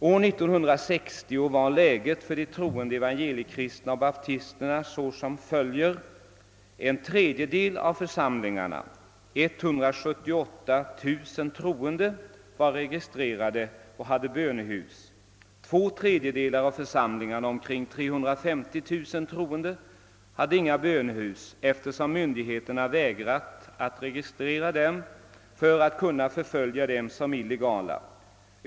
År 1960 var läget för de troende evangeliikristna och baptisterna så som följer: En tredjedel av församlingarna var registrerade och hade bönehus. Två tredjedelar av församlingarna hade inga bönehus, eftersom myndigheterna vägrat att registrera dem — för att kunna förfölja dem som illegala.